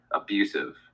abusive